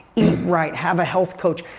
eat right, have a health coach.